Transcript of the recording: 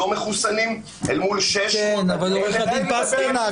מחוסנים אל מול 600 עד 1,000 --- אבל עורך הדין פסטרנק,